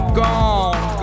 gone